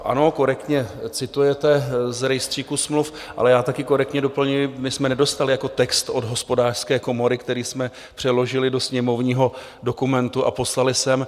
Ano, korektně citujete z rejstříku smluv, ale já také korektně doplňuji, že jsme nedostali text od Hospodářské komory, který jsme přeložili do sněmovního dokumentu a poslali sem.